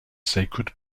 sacred